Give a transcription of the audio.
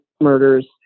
murders